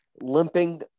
limping